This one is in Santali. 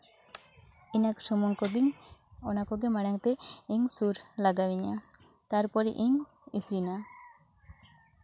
ᱤᱱᱟᱹ ᱥᱩᱢᱩᱝ ᱠᱚᱜᱮᱧ ᱚᱱᱟ ᱠᱚᱜᱮ ᱢᱟᱲᱟᱝ ᱛᱮ ᱤᱧ ᱥᱩᱨ ᱞᱟᱜᱟᱣᱤᱧᱟᱹ ᱛᱟᱨᱯᱚᱨᱮ ᱤᱧ ᱤᱥᱤᱱᱟ